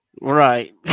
Right